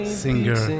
singer